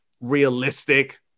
realistic